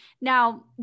Now